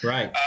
Right